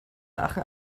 aachen